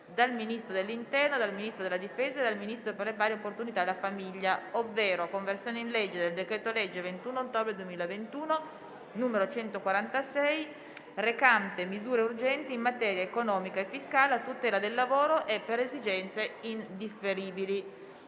dal Ministro dell'interno, dal Ministro della difesa e dal Ministro per le pari opportunità e la famiglia:* «Conversione in legge del decreto-legge 21 ottobre 2021, n. 146, recante misure urgenti in materia economica e fiscale, a tutela del lavoro e per esigenze indifferibili»